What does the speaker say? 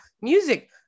Music